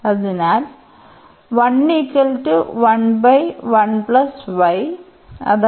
അതിനാൽ അതായത്